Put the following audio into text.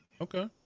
Okay